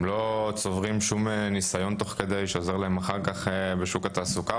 הם לא צוברים שום ניסיון תוך כדי שעוזר להם אחר כך בשוק התעסוקה,